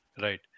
right